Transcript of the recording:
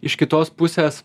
iš kitos pusės